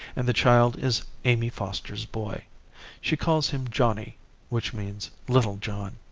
and the child is amy foster's boy she calls him johnny which means little john.